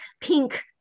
pink